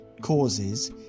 causes